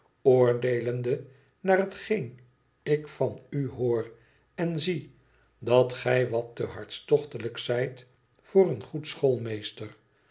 oordeelende naar hetgeen ik van u hoor en zie dat gij wat te hartstochtelijk zijt voor een goed